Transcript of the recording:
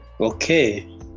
Okay